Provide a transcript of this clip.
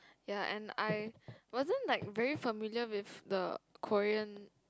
ya and I wasn't like very familiar with like the Korean